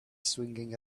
swinging